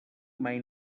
mai